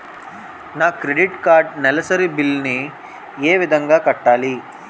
నా credit card నెలసరి bill ని ఏ విధంగా కట్టాలి?